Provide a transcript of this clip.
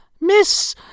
Miss